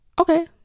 Okay